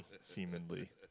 Seemingly